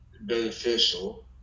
beneficial